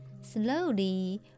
slowly